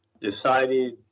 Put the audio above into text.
decided